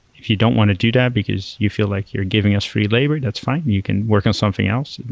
if you don't want to do that because you feel like you're giving us free labor, that's find. you can work on something else.